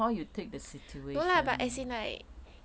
depend on how you take the situation